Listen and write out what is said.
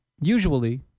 Usually